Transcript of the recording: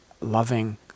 loving